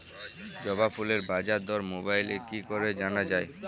জবা ফুলের বাজার দর মোবাইলে কি করে জানা যায়?